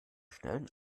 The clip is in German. schnellen